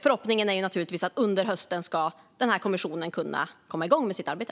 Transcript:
Förhoppningen är naturligtvis att kommissionen under hösten ska kunna komma igång med sitt arbete.